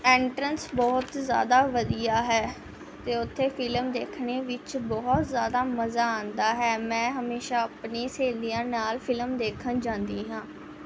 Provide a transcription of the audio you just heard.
entrance ਬਹੁਤ ਜ਼ਿਆਦਾ ਵਧੀਆ ਹੈ ਅਤੇ ਉੱਥੇ ਫਿਲਮ ਦੇਖਣ ਵਿੱਚ ਬਹੁਤ ਜ਼ਿਆਦਾ ਮਜ਼ਾ ਆਉਂਦਾ ਹੈ ਮੈਂ ਹਮੇਸ਼ਾਂ ਆਪਣੀ ਸਹੇਲੀਆਂ ਨਾਲ ਫਿਲਮ ਦੇਖਣ ਜਾਂਦੀ ਹਾਂ